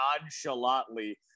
nonchalantly